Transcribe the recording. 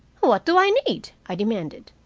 what do i need? i demanded.